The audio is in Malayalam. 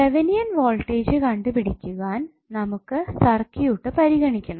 തെവെനിൻ വോൾടേജ് കണ്ടുപിടിക്കുവാൻ നമുക്ക് സർക്യൂട്ട് പരിഗണിക്കണം